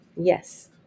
Yes